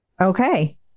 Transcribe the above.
Okay